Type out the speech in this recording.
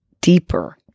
deeper